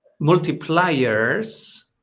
Multipliers